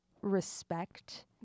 respect